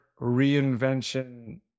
reinvention